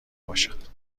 باشد